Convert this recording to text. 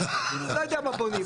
לא יודע מה בונים.